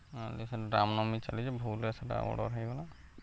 ହଁ ସେଟା ରାମ୍ ନବମୀ ଚାଲିଛେ ଭୁଲ୍ରେ ସେଟା ଅର୍ଡ଼ର୍ ହେଇଗଲା